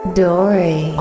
dory